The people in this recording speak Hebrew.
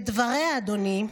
בדבריה, אדוני,